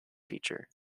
teacher